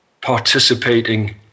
participating